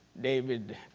David